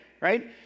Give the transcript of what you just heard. Right